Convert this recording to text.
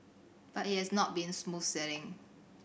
but it has not been smooth sailing